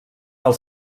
del